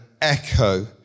echo